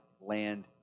land